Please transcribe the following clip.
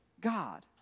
God